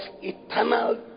eternal